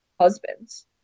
husbands